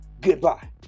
goodbye